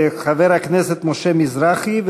חבר הכנסת משה מזרחי,